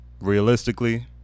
realistically